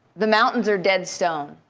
the mountains are dead stone.